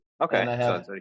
Okay